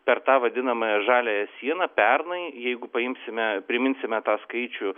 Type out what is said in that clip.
per tą vadinamąją žaliąją sieną pernai jeigu paimsime priminsime tą skaičių